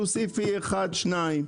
תוסיפי אחד-שניים.